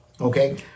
okay